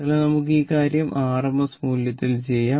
അതിനാൽ നമുക്ക് ഈ കാര്യം rms മൂല്യത്തിൽ ചെയ്യാം